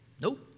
nope